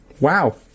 wow